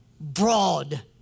broad